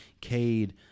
Cade